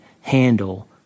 handle